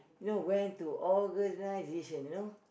you know went to organisation you know